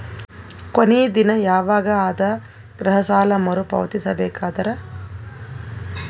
ಕೊನಿ ದಿನ ಯವಾಗ ಅದ ಗೃಹ ಸಾಲ ಮರು ಪಾವತಿಸಬೇಕಾದರ?